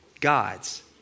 gods